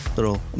little